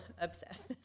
obsessed